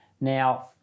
Now